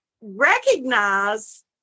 recognize